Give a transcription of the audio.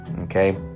Okay